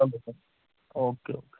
okay okay